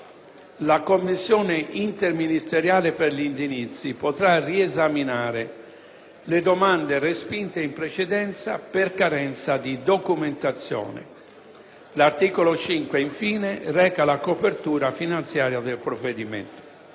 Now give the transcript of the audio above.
La Commissione interministeriale per gli indennizzi potrà riesaminare le domande respinte in precedenza per carenza di documentazione. L'articolo 5, infine, reca la copertura finanziaria del provvedimento.